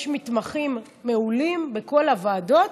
יש מתמחים מעולים בכל הוועדות,